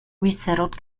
resettled